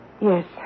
Yes